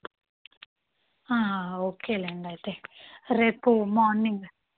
ఒకేలేండయితే రేపు మోర్నింగ్